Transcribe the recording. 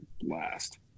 blast